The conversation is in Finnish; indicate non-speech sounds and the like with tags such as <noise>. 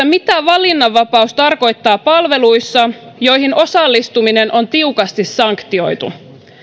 <unintelligible> mitä valinnanvapaus tarkoittaa palveluissa joihin osallistuminen on tiukasti sanktioitu